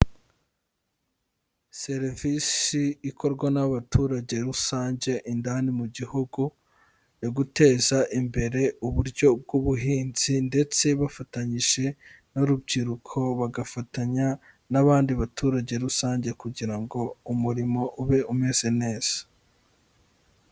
Serivisi ikorwa n'abaturage rusange indani mu gihugu yo guteza imbere uburyo bw'ubuhinzi ndetse bafatanyije n'urubyiruko, bagafatanya n'abandi baturage rusange, kugira ngo umurimo ube umeze neza.